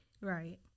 Right